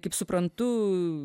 kaip suprantu